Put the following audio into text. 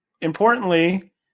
importantly